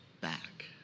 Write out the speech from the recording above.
back